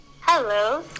Hello